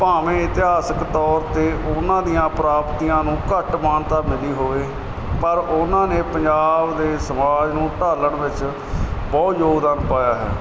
ਭਾਵੇਂ ਇਤਿਹਾਸਿਕ ਤੌਰ ਤੇ ਉਹਨਾਂ ਦੀਆਂ ਪ੍ਰਾਪਤੀਆਂ ਨੂੰ ਘੱਟ ਮਾਨਤਾ ਮਿਲੀ ਹੋਵੇ ਪਰ ਉਹਨਾਂ ਨੇ ਪੰਜਾਬ ਦੇ ਸਮਾਜ ਨੂੰ ਢਾਲਣ ਵਿੱਚ ਬਹੁਤ ਯੋਗਦਾਨ ਪਾਇਆ ਹੈ